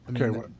okay